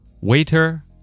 waiter